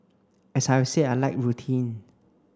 as I have said I like routine